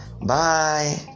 bye